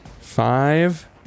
Five